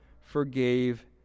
forgave